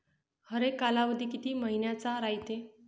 हरेक कालावधी किती मइन्याचा रायते?